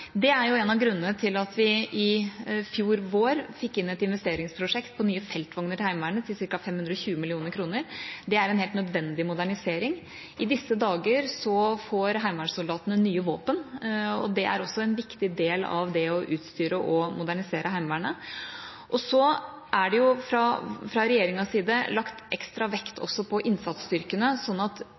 Det er en av grunnene til at vi i fjor vår fikk inn et investeringsprosjekt på nye feltvogner til Heimevernet til ca. 520 mill. kr. Det er en helt nødvendig modernisering. I disse dager får heimevernssoldatene nye våpen, og det er også en viktig del av det å utstyre og modernisere Heimevernet. Fra regjeringas side er det også lagt ekstra vekt på innsatsstyrkene, sånn at